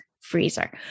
freezer